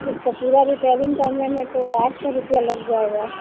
इसका पूरा रिपेयरिंग करने में तो आठ सौ रुपया लग जाएगा